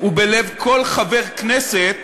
ובלב כל חבר כנסת